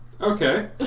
Okay